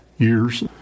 Years